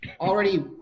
already